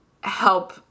help